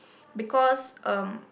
because um